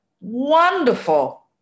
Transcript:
wonderful